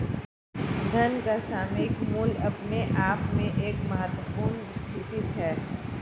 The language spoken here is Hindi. धन का सामयिक मूल्य अपने आप में एक महत्वपूर्ण स्थिति है